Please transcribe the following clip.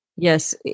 Yes